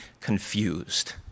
confused